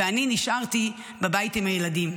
ואני נשארתי בבית עם הילדים.